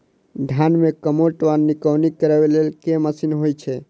धान मे कमोट वा निकौनी करै लेल केँ मशीन होइ छै?